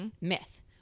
Myth